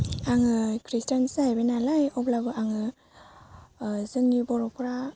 आङो खृष्टान सो जाहैबाय नालाय अब्लाबो आङो जोंनि बर'फोरा